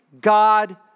God